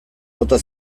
bota